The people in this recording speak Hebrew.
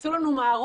תעשו לנו מערוף,